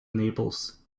naples